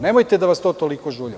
Nemojte da vas to toliko žulja.